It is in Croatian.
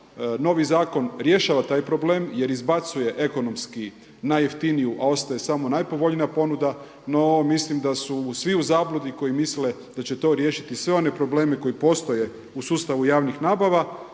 novi zakon rješava taj problem jer izbacuje ekonomski najjeftiniju, a ostaje samo najpovoljnija ponuda. No, mislim da su svi u zabludi koji misle da će to riješiti sve one probleme koji postoje u sustavu javnih nabava.